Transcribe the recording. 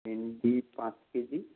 ভিন্ডি পাঁচ কেজি